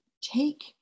take